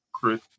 Chris